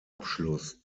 abschluss